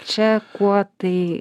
čia kuo tai